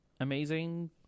amazing